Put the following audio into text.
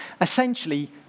Essentially